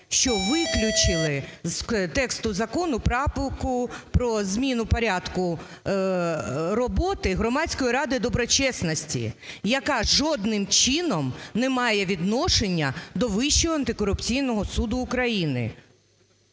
що виключили з тексту закону правку про зміну порядку роботи Громадської ради доброчесності, яка жодним чином не має відношення до Вищого антикорупційного суду України.